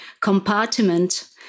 compartment